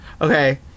Okay